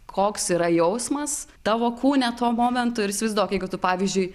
koks yra jausmas tavo kūne tuo momentu ir įsivaizduok jeigu tu pavyzdžiui